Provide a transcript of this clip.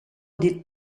did